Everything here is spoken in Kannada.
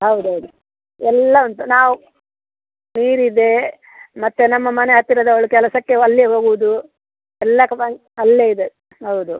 ಹೌದೌದು ಎಲ್ಲ ಉಂಟು ನಾವು ನೀರಿದೆ ಮತ್ತೆ ನಮ್ಮ ಮನೆ ಹತ್ತಿರದವಳು ಕೆಲಸಕ್ಕೆ ಅಲ್ಲೇ ಹೋಗೋದು ಎಲ್ಲಕ್ಕು ಅಲ್ಲೇ ಇದೆ ಹೌದು